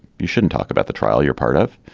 you shouldn't talk about the trial you're part of.